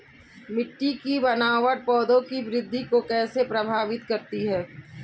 मिट्टी की बनावट पौधों की वृद्धि को कैसे प्रभावित करती है?